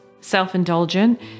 self-indulgent